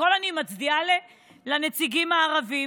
אני מצדיעה לנציגים הערבים,